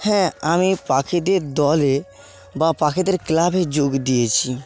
হ্যাঁ আমি পাখিদের দলে বা পাখিদের ক্লাবে যোগ দিয়েছি